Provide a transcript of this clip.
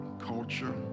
Culture